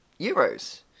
euros